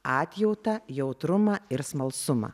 atjautą jautrumą ir smalsumą